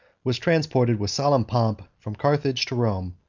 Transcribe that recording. was transported with solemn pomp from carthage to rome,